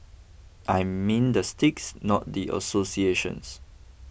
I mean the sticks not the associations